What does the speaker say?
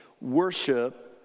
worship